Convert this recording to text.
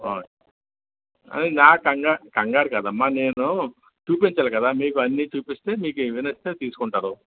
okay నాకు కంగా కంగారు కాదు అమ్మా నేను చూపించాలి కదా మీకు అన్నీ చూపిస్తే మీకు ఏవి నచ్చితే అవి తీసుకుంటారు